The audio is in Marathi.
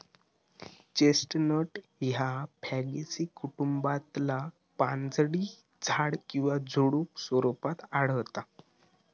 चेस्टनट ह्या फॅगेसी कुटुंबातला पानझडी झाड किंवा झुडुप स्वरूपात आढळता